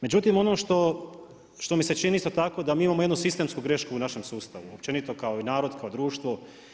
Međutim, ono što mi se čini isto tako da mi imamo jednu sistemsku grešku u našem sustavu, općenito kao i narod, kao i društvo.